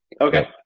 Okay